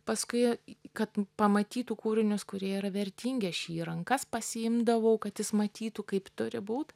paskui kad pamatytų kūrinius kurie yra vertingi aš jį į rankas pasiimdavau kad jis matytų kaip turi būt